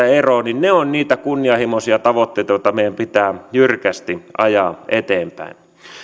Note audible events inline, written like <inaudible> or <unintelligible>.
<unintelligible> eroon ne ovat niitä kunnianhimoisia tavoitteita joita meidän pitää jyrkästi ajaa eteenpäin